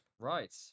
Right